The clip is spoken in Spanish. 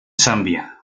zambia